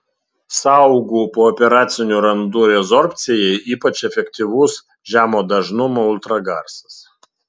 sąaugų pooperacinių randų rezorbcijai ypač efektyvus žemo dažnumo ultragarsas